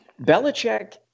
Belichick